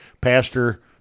pastor